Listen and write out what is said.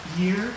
year